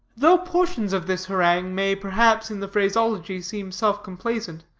though portions of this harangue may, perhaps, in the phraseology seem self-complaisant,